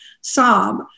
sob